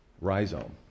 rhizome